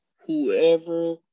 whoever